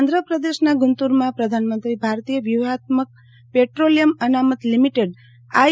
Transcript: આંધ્રપ્રદેશના ગુન્તુરમાં પ્રધાનમંત્રી ભારતીય વ્યૂહાત્મક પેટ્રોલિયમ અનામત લીમીટેડ આઇ